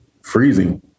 freezing